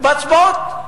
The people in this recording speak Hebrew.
בהצבעות,